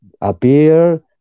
appear